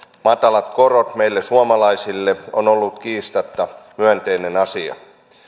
matalat korot meille suomalaisille ovat olleet kiistatta myönteinen asia